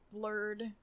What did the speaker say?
blurred-